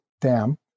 dam